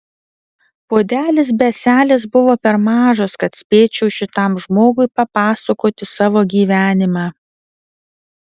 puodelis be ąselės buvo per mažas kad spėčiau šitam žmogui papasakoti savo gyvenimą